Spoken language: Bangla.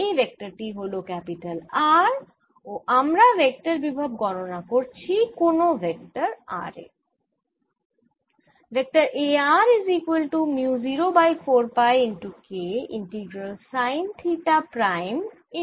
এই ভেক্টর টি হল R ও আমরা ভেক্টর বিভব গণনা করছি কোন ভেক্টর r এ